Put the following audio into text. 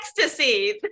ecstasy